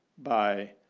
by